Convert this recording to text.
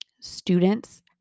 students